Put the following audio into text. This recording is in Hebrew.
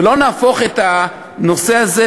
ולא נהפוך את הנושא הזה,